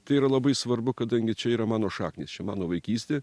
tai yra labai svarbu kadangi čia yra mano šaknys čia mano vaikystė